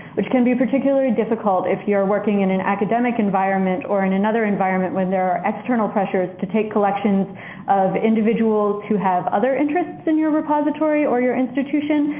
which can be particularly difficult if you are working in an academic environment or in another environment where there are external pressures to take collections of individuals who have other interests in your repository or your institution,